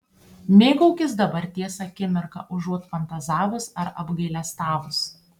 mėgaukis dabarties akimirka užuot fantazavus ar apgailestavus